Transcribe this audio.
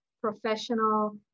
professional